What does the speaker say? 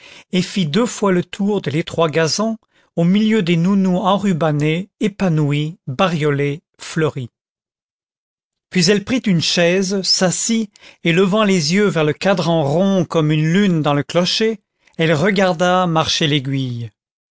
et fit deux fois le tour de l'étroit gazon au milieu des nounous enrubannées épanouies bariolées fleuries puis elle prit une chaise s'assit et levant les yeux vers le cadran rond comme une lune dans le clocher elle regarda marcher l'aiguille